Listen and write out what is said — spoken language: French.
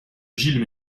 gilles